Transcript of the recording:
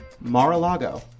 Mar-a-Lago